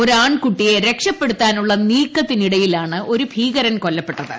ഒരാൺകുട്ടിയെ രക്ഷപ്പെടുത്താനുള്ള നീക്കത്തിനിടയിലാണ് ഒരു ഭീകരൻ കൊല്ലപ്പെട്ടത്